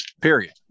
Period